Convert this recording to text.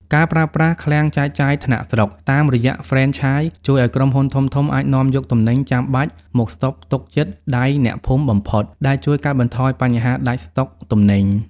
ការប្រើប្រាស់ "ឃ្លាំងចែកចាយថ្នាក់ស្រុក" តាមរយៈហ្វ្រេនឆាយ ជួយឱ្យក្រុមហ៊ុនធំៗអាចនាំយកទំនិញចាំបាច់មកស្តុកទុកជិតដៃអ្នកភូមិបំផុត ដែលជួយកាត់បន្ថយបញ្ហាដាច់ស្តុកទំនិញ។